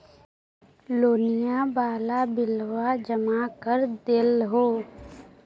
लोनिया वाला बिलवा जामा कर देलहो?